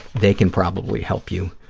they can probably help you